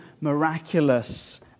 miraculous